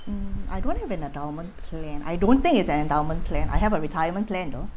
mm I don't have an endowment plan I don't think it's an endowment plan I have a retirement plan though